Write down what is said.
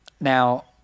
Now